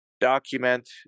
document